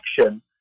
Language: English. action